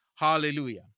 Hallelujah